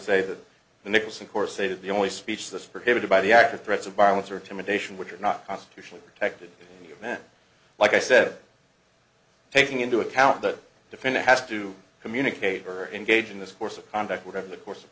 say that the nicholson course say that the only speech this prohibited by the act of threats of violence or temptation which are not constitutionally protected then like i said taking into account that the defendant has to communicate or engage in this course of conduct whatever the course of